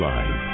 Live